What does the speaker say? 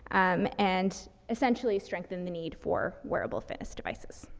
um, and essentially strengthen the need for wearable fitness devices.